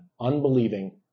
unbelieving